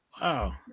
Wow